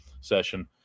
session